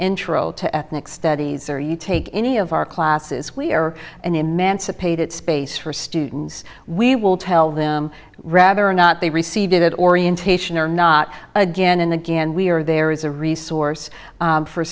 intro to ethnic studies or you take any of our classes we are an emancipated space for students we will tell them rather not they received it at orientation or not again and again we are there is a resource